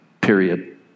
period